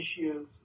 issues